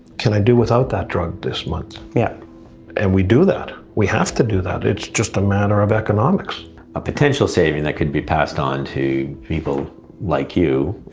can i do without that drug this month? yeah and we do that. we have to do that. it's just a matter of economics. mark a potential saving that could be passed on to people like you,